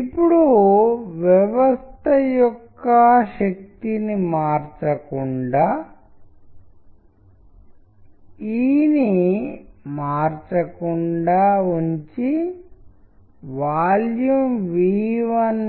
ఇప్పుడు ఇవి వివిధ ఆసక్తికరమైన చిక్కులను కలిగి ఉంటాయి అవి